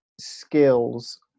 skills